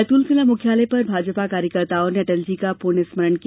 बैतूल जिला मुख्यालय पर भाजपा कार्यकर्ताओं ने अटलजी का पुण्य स्मरण किया